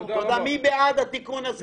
מי בעד התיקון הזה?